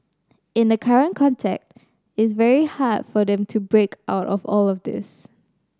in the current context it's very hard for them to break out of all this